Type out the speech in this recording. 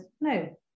no